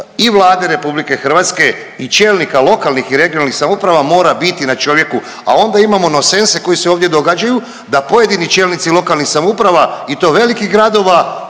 i Vlade Republike Hrvatske i čelnika lokalnih i regionalnih samouprava mora biti na čovjeku, a onda imamo nonsense koji se ovdje događaju, da pojedini čelnici lokalnih samouprava i to velikih gradova